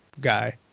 guy